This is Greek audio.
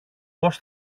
πώς